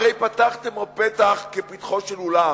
הרי פתחתם פתח כפתחו של אולם.